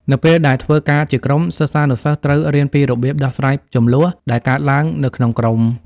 នៅពេលដែលធ្វើការជាក្រុម សិស្សានុសិស្សត្រូវរៀនពីរបៀប ដោះស្រាយជម្លោះ ដែលកើតឡើងនៅក្នុងក្រុម។